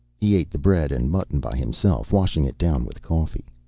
he ate the bread and mutton by himself, washing it down with coffee.